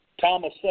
Thomas